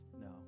No